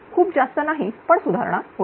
खूप जास्त नाही पण सुधारणा होईल